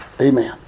Amen